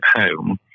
home